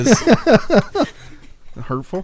Hurtful